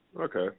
Okay